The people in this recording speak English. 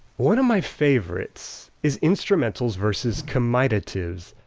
one of my favorites is instrumentals versus comitatives.